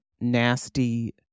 nasty